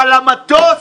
אבל למטוס,